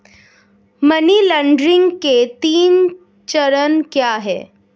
Money laundering के तीन चरण क्या हैं?